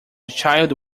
child